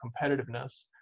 competitiveness